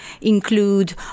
include